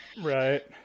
right